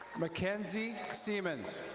mackenzie seamans.